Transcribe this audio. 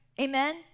Amen